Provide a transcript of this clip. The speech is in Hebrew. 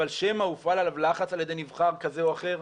אבל שמא הופעל עליו לחץ על ידי נבחר כזה או אחר?